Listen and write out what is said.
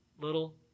little